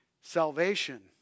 Salvation